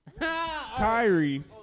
Kyrie